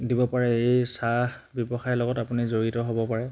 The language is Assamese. দিব পাৰে এই চাহ ব্যৱসায়ৰ লগত আপুনি জড়িত হ'ব পাৰে